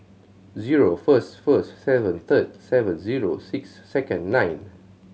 zero first first seventh third seventh zero sixth second ninth